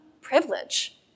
privilege